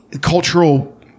cultural